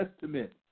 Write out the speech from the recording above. Testament